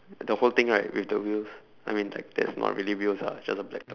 the whole thing right with the wheels I mean like that's not really wheels lah just a black dot